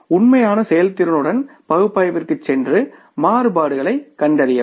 உண்மையான செயல்திறனுடன் பகுப்பாய்விற்குச் சென்று மாறுபாடுகளைக் கண்டறியவும்